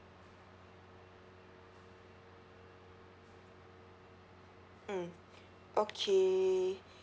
mm okay